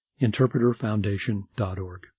interpreterfoundation.org